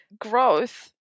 growth